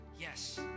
yes